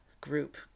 group